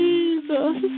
Jesus